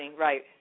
right